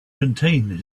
contain